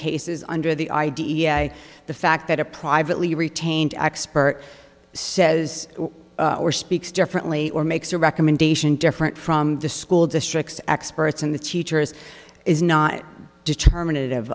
cases under the idea the fact that a privately retained expert says or speaks differently or makes a recommendation different from the school districts experts and the teachers is not determin